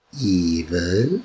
evil